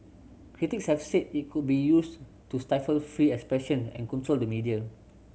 critics have said it could be used to stifle free expression and control the media